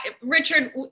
Richard